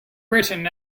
britain